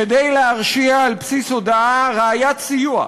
כדי להרשיע על בסיס הודאה, ראיית סיוע,